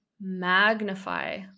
magnify